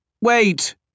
Wait